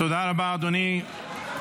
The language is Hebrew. --- תודה רבה, אדוני.